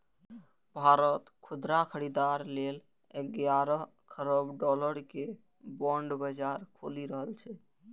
भारत खुदरा खरीदार लेल ग्यारह खरब डॉलर के बांड बाजार खोलि रहल छै